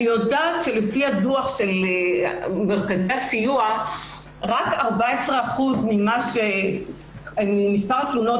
לפי הדוח של מרכזי הסיוע רק 14% מן התלונות